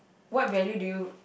what value do you